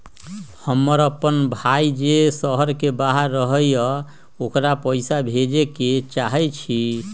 हमर अपन भाई जे शहर के बाहर रहई अ ओकरा पइसा भेजे के चाहई छी